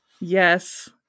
Yes